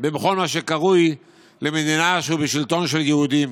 בכל מה שקרוי מדינה שהיא בשלטון של יהודים.